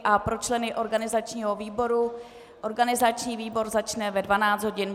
A pro členy organizačního výboru organizační výbor začne ve 12.50 hodin.